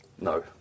No